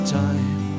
time